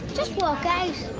just walk out.